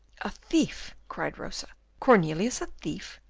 a thief! cried rosa. cornelius a thief?